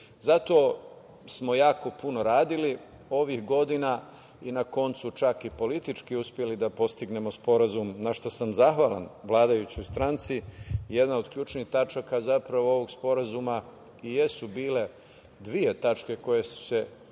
Zato smo jako puno radili ovih godina i na koncu čak i politički uspeli da postignemo sporazum, na šta sam zahvalan vladajućoj stranci. Jedna od ključnih tačaka ovog sporazuma i jesu bile dve tačke koje su se doticale,